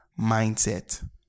mindset